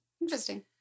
Interesting